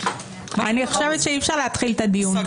אני חושבת שאי אפשר להתחיל את הדיון ככה.